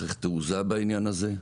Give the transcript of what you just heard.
צריך הרבה תעוזה בעניין הזה,